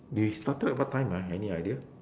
we started what time ah any idea